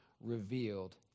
revealed